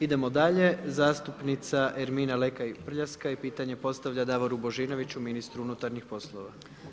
Idemo dalje, zastupnica Ermina Lekaj Prljaskaj, pitanje postavlja Davoru Božinoviću ministru unutarnjih poslova.